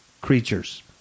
creatures